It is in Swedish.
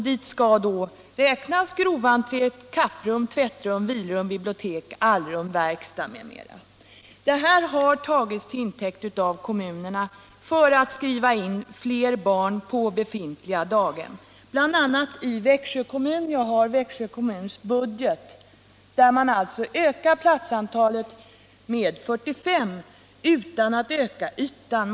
Dit skall räknas groventré, kapprum, tvättrum, vilorum, bibliotek, allrum, verkstad m.m. Av Växjö kommuns budget framgår att man ökat platsantalet med 45 utan att öka ytan.